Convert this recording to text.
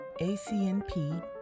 ACNP